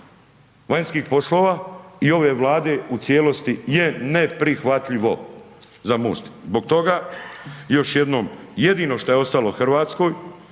vanjskih poslova i ove Vlade u cijelosti je neprihvatljivo za MOST. Zbog toga još jednom jedino što je Hrvatskoj